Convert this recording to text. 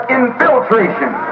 infiltration